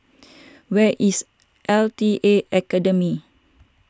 where is L T A Academy